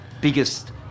biggest